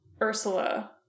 Ursula